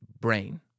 brain